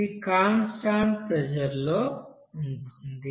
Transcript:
ఇది constant pressure లో ఉంటుంది